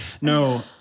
no